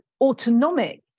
autonomic